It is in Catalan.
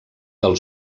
del